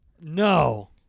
No